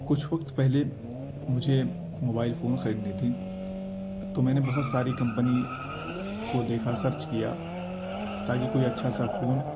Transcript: کچھ وقت پہلے مجھے موبائل فون خریدنی تھی تو میں نے بہت ساری کمپنی کو دیکھا سرچ کیا تاکہ کوئی اچھا سا فون